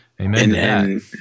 Amen